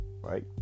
right